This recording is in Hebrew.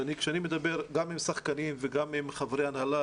כשאני מדבר עם ספורטאים ועם חברי הנהלה